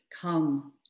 Come